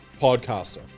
podcaster